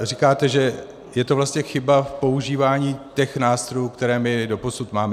Říkáte, že je to vlastně chyba v používání těch nástrojů, které my doposud máme.